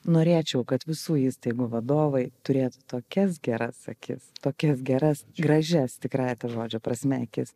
norėčiau kad visų įstaigų vadovai turėtų tokias geras akis tokias geras gražias tikrąja to žodžio prasme akis